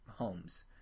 homes